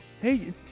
Hey